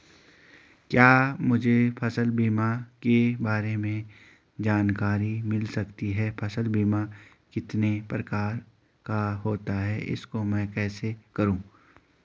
क्या मुझे फसल बीमा के बारे में जानकारी मिल सकती है फसल बीमा कितने प्रकार का होता है इसको मैं कैसे करूँ?